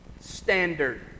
standard